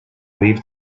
leave